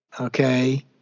okay